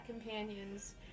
companions